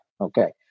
Okay